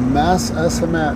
mes esame